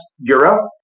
Europe